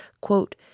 quote